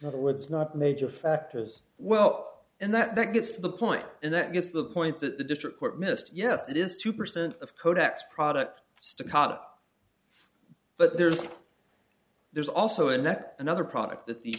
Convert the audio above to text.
in other words not major factors well and that gets to the point and that gets the point that the district court missed yes it is two percent of kodak's products still caught but there's there's also a net another product that the